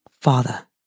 Father